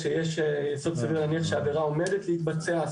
כשיש יסוד סביר להניח שעבירה עומדת להתבצע.